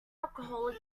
alcoholic